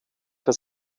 für